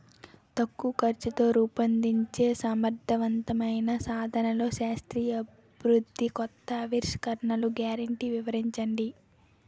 తక్కువ ఖర్చుతో రూపొందించే సమర్థవంతమైన సాధనాల్లో శాస్త్రీయ అభివృద్ధి కొత్త ఆవిష్కరణలు గ్యారంటీ వివరించండి?